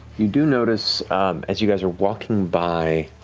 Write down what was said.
you do notice as you guys are walking by,